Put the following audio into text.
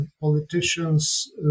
politicians